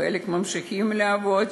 חלק ממשיכים לעבוד,